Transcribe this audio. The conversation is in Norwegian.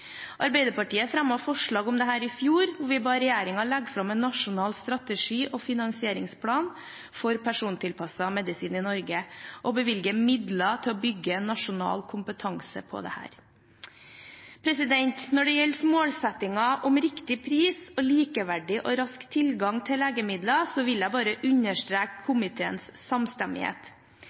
Arbeiderpartiet fremmet forslag om dette i fjor, hvor vi ba regjeringen legge fram en nasjonal strategi og finansieringsplan for persontilpasset medisin i Norge og bevilge midler til å bygge opp nasjonal kompetanse på dette. Når det gjelder målsettingen om riktig pris og likeverdig og rask tilgang til legemidler, vil jeg bare understreke komiteens samstemmighet.